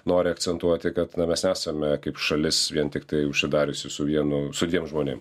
nori akcentuoti kad mes esame kaip šalis vien tiktai užsidariusi su vienu su dviem žmonėm